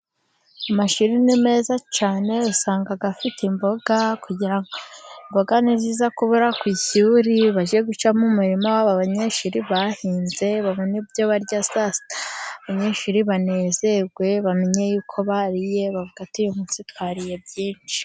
Amashuriri ni meza cyane usanga afite imboga. Kugira imboga ku ishuri, umurima w'ababanyeshuri bahinze babone ibyo barya abanyeshuri banezerwe bamenye yuko bariye bavuga ati: Uyu ni twariye byinshi.